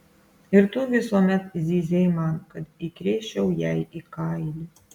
ir tu visuomet zyzei man kad įkrėsčiau jai į kailį